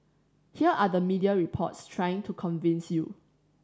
here are the media reports trying to convince you